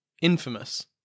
infamous